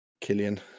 Killian